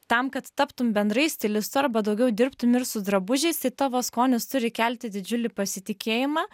tam kad taptum bendrai stilistu arba daugiau dirbtum ir su drabužiais tai tavo skonis turi kelti didžiulį pasitikėjimą